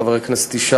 חבר הכנסת ישי,